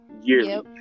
yearly